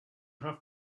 have